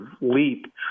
leap